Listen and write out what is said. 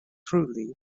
trulli